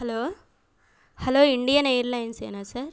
hello hello Indian Airlines ఏనా sir